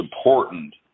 important